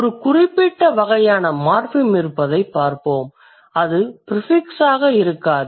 ஒரு குறிப்பிட்ட வகையான மார்ஃபிம் இருப்பதை பார்ப்போம் அது ப்ரிஃபிக்ஸ் ஆக இருக்காது